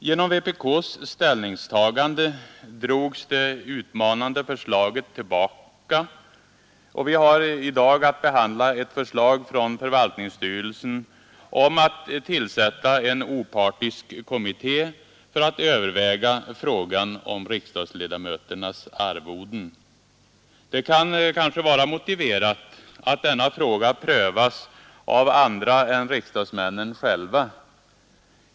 Genom vpk:s ställningstagande drogs det utmanande förslaget tillbaka, och vi har i dag att behandla ett förslag från förvaltningsstyrelsen om att tillsätta en opartisk kommitté för att överväga frågan om riksdagsledamöternas arvoden. Det kan vara motiverat att denna fråga prövas av andra än riksdagsmännen själva.